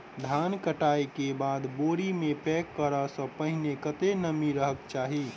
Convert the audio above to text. धान कटाई केँ बाद बोरी मे पैक करऽ सँ पहिने कत्ते नमी रहक चाहि?